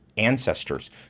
ancestors